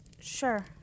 Sure